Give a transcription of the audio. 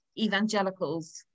Evangelicals